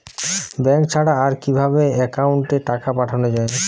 Bank ছাড়া আর কিভাবে একাউন্টে টাকা পাঠানো য়ায়?